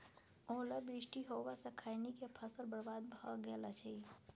ओला वृष्टी होबा स खैनी के फसल बर्बाद भ गेल अछि?